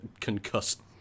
concussed